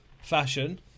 fashion